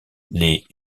les